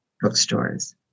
bookstores